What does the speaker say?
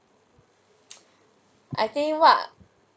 I think what